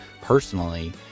personally